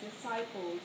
disciples